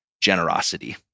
generosity